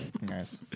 Nice